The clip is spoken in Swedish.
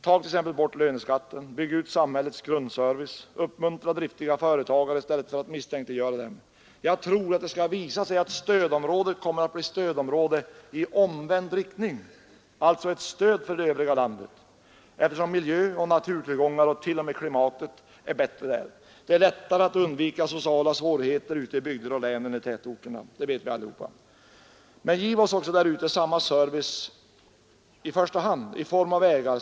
Ta bort löneskatten, bygg ut samhällets grundservice och uppmuntra driftiga företagare i stället för att misstänkliggöra dem! Jag tror att det då skall visa sig att stödområdet kommer att bli stödområde i omvänd riktning — alltså ett stöd för övriga landet — eftersom miljöoch naturtillgångar och t.o.m. klimatet är bättre där. Det är lättare att undvika sociala svårigheter ute i bygder och län än i tätorter, det vet vi alla. Men giv oss därute samma service, i första hand i form av vägar.